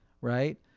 right